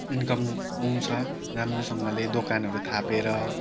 income आउँछ राम्रोसँगले दोकानहरू थापेर